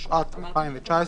התשע"ט 2019,